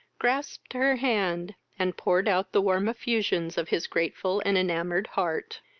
grasped her hand, and poured out the warm effusions of his grateful and enamoured heart.